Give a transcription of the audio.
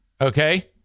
Okay